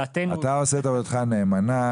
אתה עושה את עבודתך נאמנה.